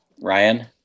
Ryan